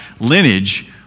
lineage